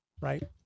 right